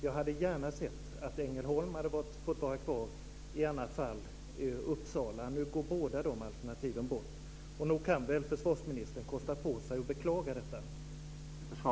Jag hade gärna sett att Ängelholm hade fått vara kvar - i annat fall Uppsala. Nu går båda de alternativen bort. Nog kan väl försvarsministern kosta på sig att beklaga detta.